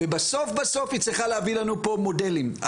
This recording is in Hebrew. ובסוף היא צריכה להביא לנו מודלים.